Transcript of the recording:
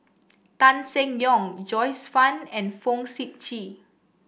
Tan Seng Yong Joyce Fan and Fong Sip Chee